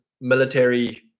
military